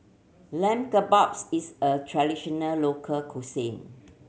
Lamb Kebabs is a traditional local cuisine